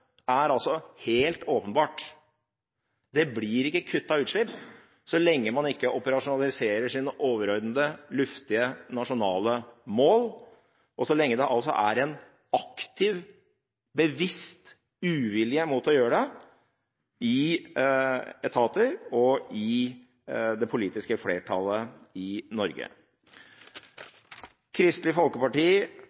er helt åpenbart: Det blir ikke kuttet i utslipp så lenge man ikke operasjonaliserer sine overordnede, luftige nasjonale mål, og så lenge det altså er en aktiv, bevisst uvilje mot å gjøre det i etater og hos det politiske flertallet i Norge.